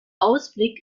ausblick